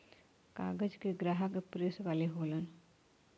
कागज के ग्राहक प्रेस वाले होलन